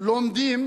לומדים